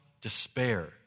despair